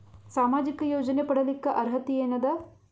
ಸಾಮಾಜಿಕ ಯೋಜನೆ ಪಡಿಲಿಕ್ಕ ಅರ್ಹತಿ ಎನದ?